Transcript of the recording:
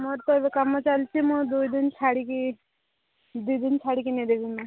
ମୋର ତ ଏବେ କାମ ଚାଲିଚି ମୁଁ ଦୁଇଦିନ ଛାଡ଼ିକି ଦୁଇଦିନ ଛାଡ଼ିକି ନେଇ ଦେବି ମ୍ୟାମ୍